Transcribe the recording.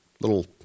little